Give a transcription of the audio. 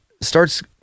starts